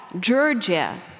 Georgia